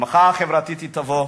המחאה החברתית תבוא.